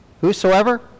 whosoever